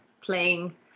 playing